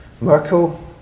Merkel